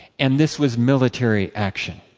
and this was military action.